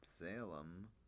Salem